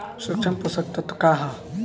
सूक्ष्म पोषक तत्व का ह?